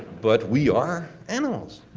but we are animals.